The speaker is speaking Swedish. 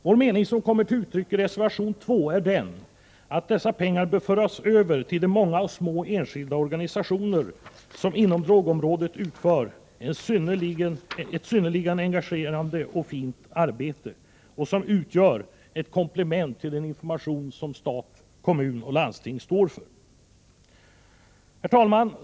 I reservation 2 kommer den meningen till uttryck, att dessa pengar bör föras över till de många små enskilda organisationer som inom drogområdet utför ett synnerligen engagerande och fint arbete, vilket utgör ett komplement till den information som stat, kommun och landsting står för. Herr talman!